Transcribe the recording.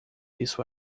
isso